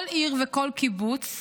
כל עיר וכל קיבוץ,